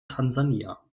tansania